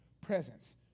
presence